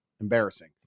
Embarrassing